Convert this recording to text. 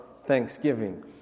Thanksgiving